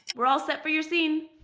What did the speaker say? we're all set for your scene!